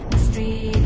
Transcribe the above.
stay